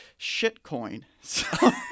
shitcoin